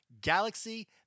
Galaxy